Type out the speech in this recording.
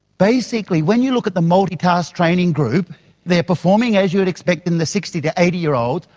basically when you look at the multitask training group they are performing as you would expect in the sixty to eighty year olds.